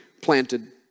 Planted